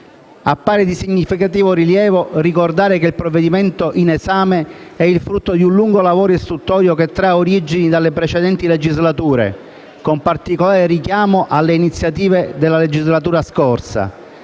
Appare di significativo rilievo ricordare che il provvedimento in esame è il frutto di un lungo lavoro istruttorio che trae origine dalle precedenti legislature, con particolare richiamo alle iniziative della legislatura scorsa,